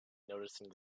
noticing